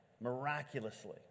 miraculously